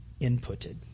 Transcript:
inputted